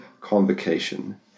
convocation